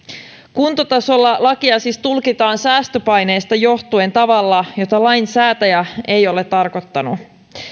kuntatasolla lakia siis tulkitaan säästöpaineista johtuen tavalla jota lainsäätäjä ei ole tarkoittanut